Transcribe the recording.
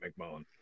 McMullen